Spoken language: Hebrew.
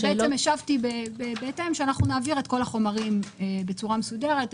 בעצם השבתי בהתאם שאנחנו נעביר את כל החומרים בצורה מסודרת.